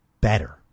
better